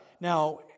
Now